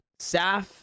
saf